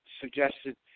suggested